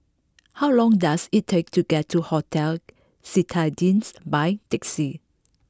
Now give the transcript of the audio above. how long does it take to get to Hotel Citadines by taxi